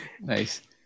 Nice